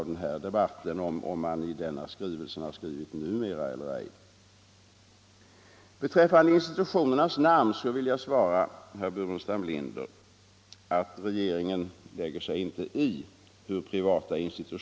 Den paragraf i den gamla grundlagen som herr Geijer läste upp kan därför inte anses vara tillämplig på just detta förhållande. Grundlagen gällde ju på den tiden.